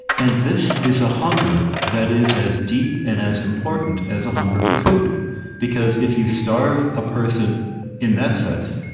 and this is a hunger that is as deep and as important as a hunger for food because if you starve a person in that sense,